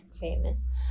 famous